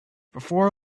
before